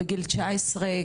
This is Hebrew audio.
בגיל תשע עשרה,